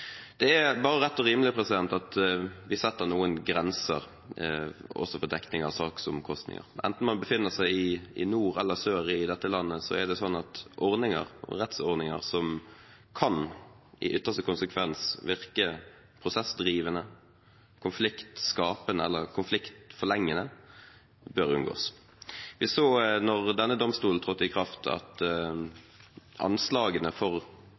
Det er bare rett og rimelig at vi setter noen grenser også for dekning av saksomkostninger. Enten man befinner seg i nord eller sør i dette landet, er det sånn at rettsordninger som i ytterste konsekvens kan virke prosessdrivende og konfliktskapende eller konfliktforlengende, bør unngås. Vi så da denne domstolen trådte i kraft, at kostnadsanslagene for